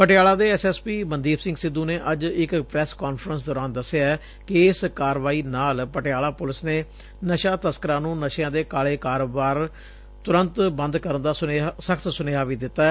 ਪਟਿਆਲਾ ਦੇ S S P Mandeep Singh Sidhu ਨੇ ਅੱਜ ਇਕ ਪੈਸ ਕਾਨਫਰੰਸ ਦੌਰਾਨ ਦਸਿਐ ਕਿ ਇਸ ਕਾਰਵਾਈ ਨਾਲ ਪਟਿਆਲਾ ਪੁਲਿਸ ਨੇ ਨਸ਼ਾ ਤਸਕਰਾਂ ਨੁੰ ਨਸ਼ਿਆਂ ਦੇ ਕਾਲੇ ਕਾਰੋਬਾਰ ਤੁਰੰਤ ਬੰਦ ਕਰਨ ਦਾ ਸਖ਼ਤ ਸੁਨੇਹਾ ਵੀ ਦਿੱਤੈ